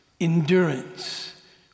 endurance